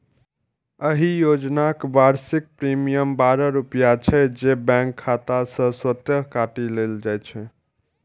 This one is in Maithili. एहि योजनाक वार्षिक प्रीमियम बारह रुपैया छै, जे बैंक खाता सं स्वतः काटि लेल जाइ छै